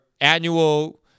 annual